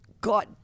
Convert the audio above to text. God